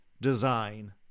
design